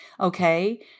Okay